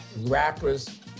rappers